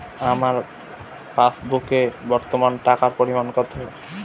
আমার পাসবুকে বর্তমান টাকার পরিমাণ কত?